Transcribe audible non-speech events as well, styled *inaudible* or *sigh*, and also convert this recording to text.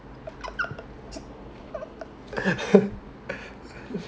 but no *laughs*